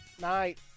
Night